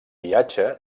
viatge